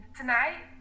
tonight